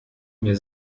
mir